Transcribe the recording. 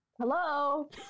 Hello